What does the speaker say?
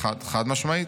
חד-משמעית.